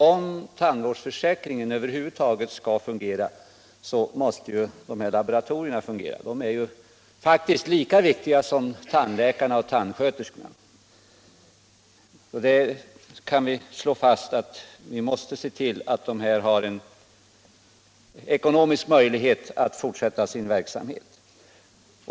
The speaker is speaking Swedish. Om tandvården över huvud taget skall kunna fungera, måste också de här laboratorierna fungera. De är faktiskt lika viktiga som tandläkarna och tandsköterskorna. Vi kan alltså slå fast att vi måste se till, att de har ekonomisk möjlighet att fortsätta sin verksamhet.